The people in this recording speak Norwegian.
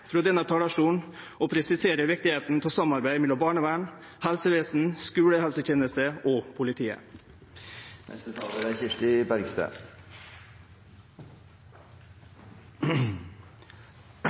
frå denne talarstolen å presisere viktigheita av samarbeid mellom barnevernet, helsevesenet, skulehelsetenesta og